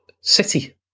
City